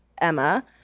Emma